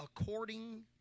according